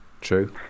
True